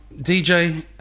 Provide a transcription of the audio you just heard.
DJ